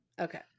Okay